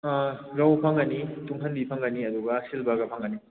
ꯑꯥ ꯔꯧ ꯐꯪꯒꯅꯤ ꯇꯨꯡꯍꯟꯕꯤ ꯐꯪꯒꯅꯤ ꯑꯗꯨꯒ ꯁꯤꯜꯕꯔꯒ ꯐꯪꯒꯅꯤ